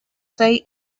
say